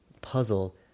puzzle